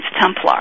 Templar